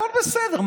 הכול בסדר.